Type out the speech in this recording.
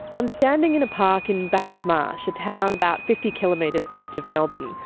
i'm standing in a park and in bacchus marsh, a town about fifty kilometres west of melbourne.